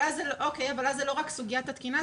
אבל זה לא רק סוגיית התקינה,